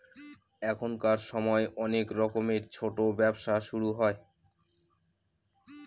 এখনকার সময় অনেক রকমের ছোটো ব্যবসা শুরু হয়